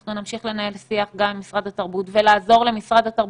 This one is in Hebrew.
אנחנו נמשיך לנהל שיח ולעזור למשרד התרבות.